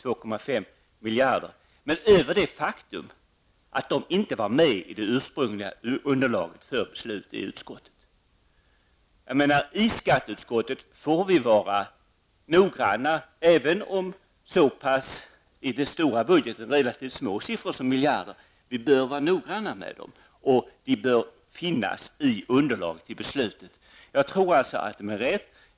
Däremot är jag chockerad över det faktum att de inte var med i det ursprungliga underlaget för beslut i utskottet. Vi får i skatteutskottet vara noggranna, även om det rör sig om i de stora budgetarna relativt små siffror som miljarder. De bör finnas med i underlaget till beslutet. Jag tror alltså att de är riktiga.